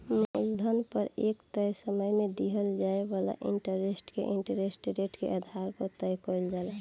मूलधन पर एक तय समय में दिहल जाए वाला इंटरेस्ट के इंटरेस्ट रेट के आधार पर तय कईल जाला